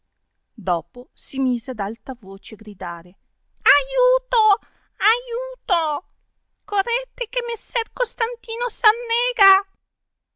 dopò si mise ad alta voce gridare aiuto aiuto correte che messer costantino s'annega